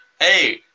hey